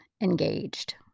engaged